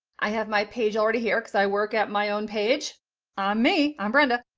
i have my page already here, cause i work at my own page. i'm me, i'm brenda!